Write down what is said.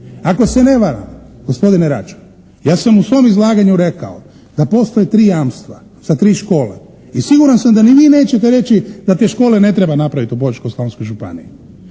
Ako se ne varam gospodine Račan, ja sam u svom izlaganju rekao da postoje tri jamstva sa tri škole i siguran sam da ni vi nećete reći da te škole ne treba napraviti u Požeško-slavonskoj županiji.